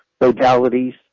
modalities